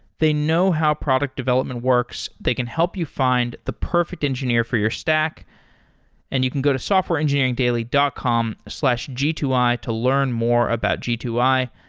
they know how product development works. they can help you find the perfect engineer for your stack and you can go to softwareengineeringdaily dot com slash g two i to learn more about g two i.